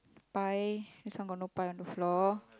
pie this one got no pie on the floor